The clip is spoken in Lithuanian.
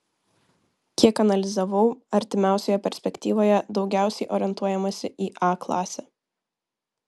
kiek analizavau artimiausioje perspektyvoje daugiausiai orientuojamasi į a klasę